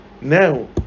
Now